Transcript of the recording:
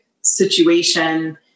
situation